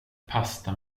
pasta